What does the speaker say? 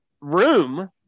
room